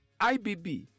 IBB